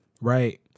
Right